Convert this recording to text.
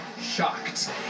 shocked